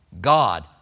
God